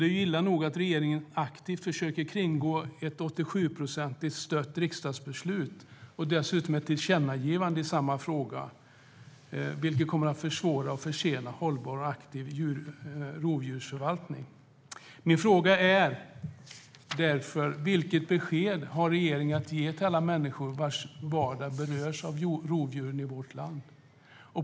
Det är illa nog att regeringen aktivt försöker kringgå ett riksdagsbeslut med 87 procents stöd och dessutom ett tillkännagivande i samma fråga, vilket kommer att försvåra och försena hållbar och aktiv rovdjursförvaltning. Vilket besked har regeringen att ge till alla människor vars vardag berörs av rovdjuren i vårt land?